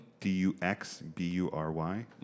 D-U-X-B-U-R-Y